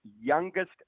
youngest